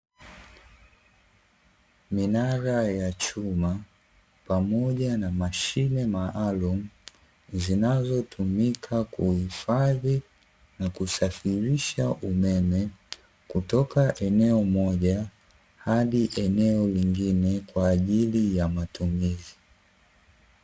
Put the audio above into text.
Minara ya chuma pamoja na mashine maalumu, zinazotumika kuhifadhi na kusafirisha umeme kutoka eneo moja hadi lingine kwa ajili ya matumizi.